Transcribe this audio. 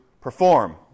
perform